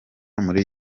muri